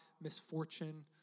misfortune